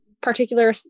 particular